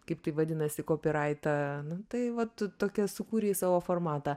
kaip tai vadinasi kopiraitą nu tai va tu tokia sukūrei savo formatą